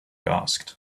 asked